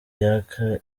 yaka